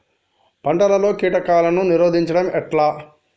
పంటలలో కీటకాలను నిరోధించడం ఎట్లా?